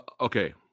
Okay